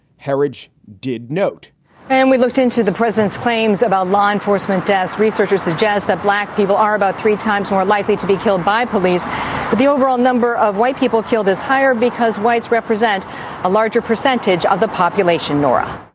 herridge did note and we looked into the president's claims about law enforcement as researchers suggest that black people are about three times more likely to be killed by police. but the overall number of white people killed is higher because whites represent a larger percentage of the population. nora?